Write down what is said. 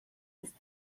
ist